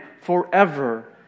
forever